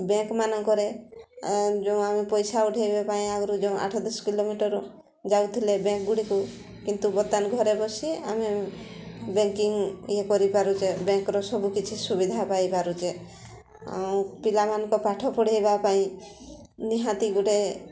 bank ମାନଙ୍କରେ ଯେଉଁ ଆମେ ପଇସା ଉଠାଇବା ପାଇଁ ଆଗରୁ ଯେଉଁ ଆଠ ଦଶ କିଲୋମିଟର ଯାଉଥିଲେ ବ୍ୟାଙ୍କ ଗୁଡ଼ିକୁ କିନ୍ତୁ ବର୍ତ୍ତମାନ ଘରେ ବସି ଆମେ ବ୍ୟାଙ୍କିଂ ଇଏ କରିପାରୁଛେ ବ୍ୟାଙ୍କର ସବୁକିଛି ସୁବିଧା ପାଇପାରୁଛେ ଆଉ ପିଲାମାନଙ୍କ ପାଠ ପଢ଼ାଇବା ପାଇଁ ନିହାତି ଗୋଟେ